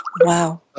Wow